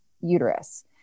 uterus